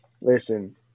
Listen –